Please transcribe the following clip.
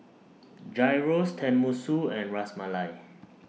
Gyros Tenmusu and Ras Malai